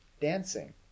dancing